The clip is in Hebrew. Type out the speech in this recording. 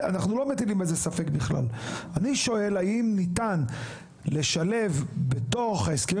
אני שואל האם ניתן לשלב בתוך ההסכמים